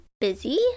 busy